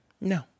no